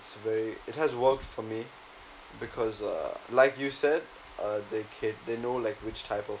it's very it has worked for me because uh like you said uh they cate~ they know like which type of